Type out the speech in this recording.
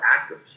actors